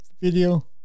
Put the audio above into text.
video